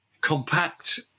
compact